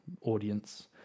audience